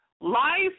Life